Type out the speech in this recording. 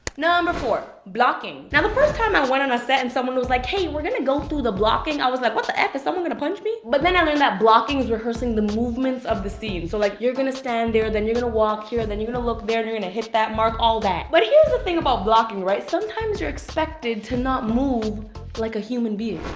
number four blocking. now the first time i went on a set and someone was like hey, we're gonna go through the blocking, i was like what the f is someone gonna punch me but then i learned that blocking is rehearsing movements of the scene. so like you're gonna stand there, then you're gonna walk here, and then you're gonna look there, then you're gonna hit that mark-all that. but here's the thing about blocking, right? sometimes you're expected to not move like a human being.